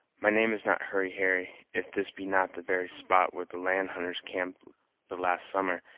my name is not hurry harry, if this be not the very spot where the land-hunters camped the last summer,